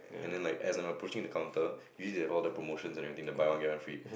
and then like as I'm approaching the counter you see oh the promotions and everything the buy one get one free